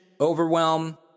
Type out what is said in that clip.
overwhelm